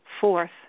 Fourth